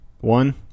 one